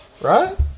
Right